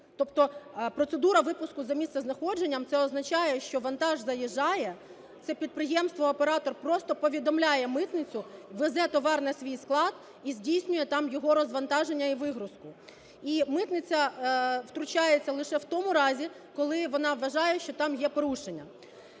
Тобто процедура випуску за місцезнаходженням – це означає, що вантаж заїжджає, це підприємство-оператор просто повідомляє митницю, везе товар на свій склад і здійснює там його розвантаження івигрузку. І митниця втручається лише в тому разі, коли вона вважає, що там є порушення.